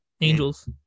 Angels